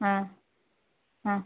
ആ ആ